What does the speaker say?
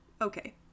okay